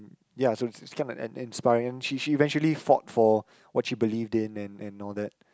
ya so is is kind of in~ in~ inspiring she she eventually fought for what she believed in and and all that